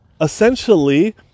essentially